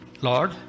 lord